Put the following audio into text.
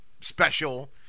special